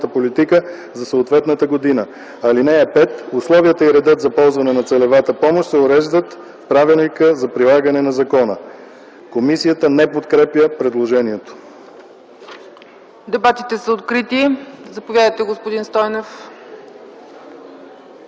политика за съответната година. (5) Условията и редът за ползване на целевата помощ се уреждат в правилника за прилагане на закона.” Комисията не подкрепя предложението. ПРЕДСЕДАТЕЛ ЦЕЦКА ЦАЧЕВА: Дебатите са открити. Заповядайте, господин Стойнев.